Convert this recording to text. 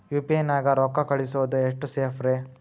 UPI ನ್ಯಾಗ ರೊಕ್ಕ ಕಳಿಸೋದು ಎಷ್ಟ ಸೇಫ್ ರೇ?